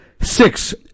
Six